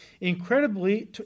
Incredibly